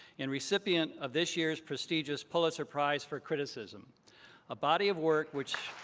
and recipient of this year's prestigious pulitzer prize for criticism a body of work which